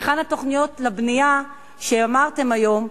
היכן התוכניות לבנייה שאמרתם היום,